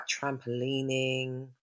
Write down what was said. trampolining